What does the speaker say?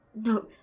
No